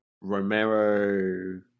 Romero